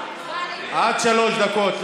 עד שלוש דקות.